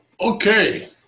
Okay